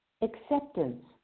acceptance